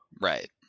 Right